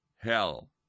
hell